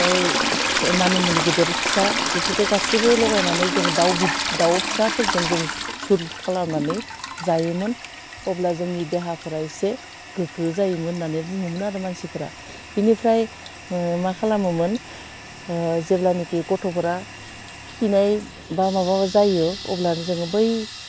ओह मानि मुनि गेदेर फिसा बेफोरखो गासिबो लगायनानै जोङो दाउ गिदिथ दाउ फिसाफोरजों जों सुट खालामनानै जायोमोन अब्ला जोंनि देहाफोरा एसे गोग्गो जायोमोन होननानै बुङोमोन आरो मानसिफ्रा बिनिफ्राय ओह मा खालामोमोन ओह जेब्लानाखि गथ'फोरा खिनाय बा माबा जायो अब्ला जोङो बै